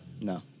No